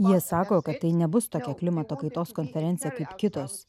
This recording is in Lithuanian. jie sako kad nebus tokia klimato kaitos konferencija kaip kitos